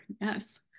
yes